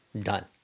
done